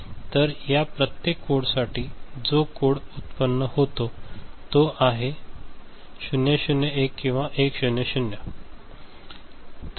तर या प्रत्येक कोडसाठी जो कोड येथे व्युत्पन्न होत आहे जो 0 0 1 किंवा 1 0 0 आहे